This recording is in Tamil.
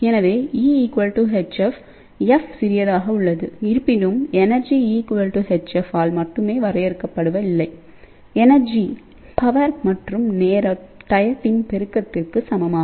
எனவே E hff சிறியதுஇருப்பினும் எனர்ஜி Ehf ஆல் மட்டுமே வரையறுக்கப்படவில்லைஎனர்ஜி பவர் மற்றும் நேரத்தின் பெருக்கத்திற்கு சமம்